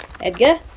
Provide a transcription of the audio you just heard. Edgar